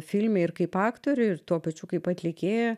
filme ir kaip aktorių ir tuo pačiu kaip atlikėją